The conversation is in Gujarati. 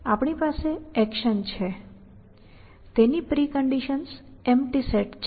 આપણી પાસે એક્શન છે તેની પ્રિકન્ડિશનસ એમ્પ્ટી સેટ છે